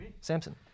Samson